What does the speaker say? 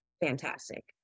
fantastic